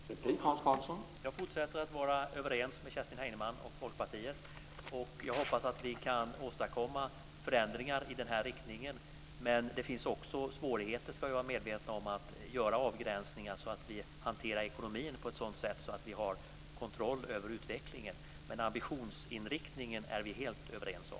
Herr talman! Jag fortsätter att vara överens med Kerstin Heinemann och Folkpartiet. Jag hoppas att vi kan åstadkomma förändringar i den här riktningen. Det finns också svårigheter, det ska vi vara medvetna om, att göra avgränsningar så att vi hanterar ekonomin på ett sådant sätt att vi har kontroll över utvecklingen. Men ambitionsinriktningen är vi helt överens om.